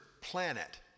planet